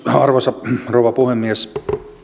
arvoisa rouva puhemies